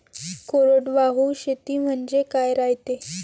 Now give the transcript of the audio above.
कोरडवाहू शेती म्हनजे का रायते?